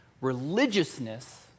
Religiousness